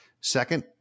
Second